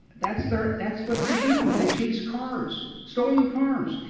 that's their that's what they do. they chase cars, stolen cars.